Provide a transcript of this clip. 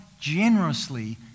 generously